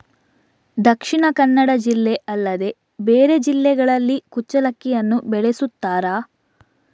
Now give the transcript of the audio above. ದಕ್ಷಿಣ ಕನ್ನಡ ಜಿಲ್ಲೆ ಅಲ್ಲದೆ ಬೇರೆ ಜಿಲ್ಲೆಗಳಲ್ಲಿ ಕುಚ್ಚಲಕ್ಕಿಯನ್ನು ಬೆಳೆಸುತ್ತಾರಾ?